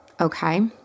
okay